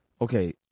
okay